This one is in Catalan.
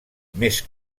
més